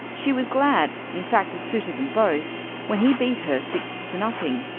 she was glad in fact, it suited them both when he beat her six to nothing.